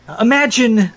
imagine